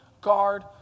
guard